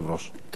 תודה.